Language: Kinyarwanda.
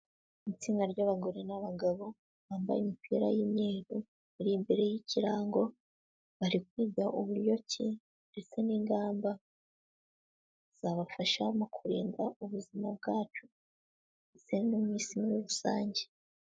Itsinda ry'abagore n'abagabo bambaye imipira y'imyeru, bari imbere y'ikirango, bari kwiga uburyo ki ndetse n'ingamba zabafasha mu kurinda ubuzima bwacu ndetse n'isi muri rusange.